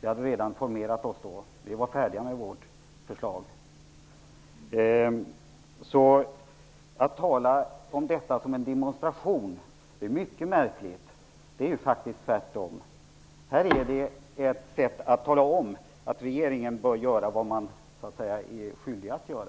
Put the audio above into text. Vi hade redan formerat oss då och var färdiga med vårt förslag. Att tala om detta som en demonstration är mycket märkligt. Det är ju faktiskt tvärtom ett sätt att tala om att regeringen bör göra vad den är skyldig att göra.